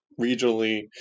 regionally